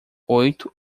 oito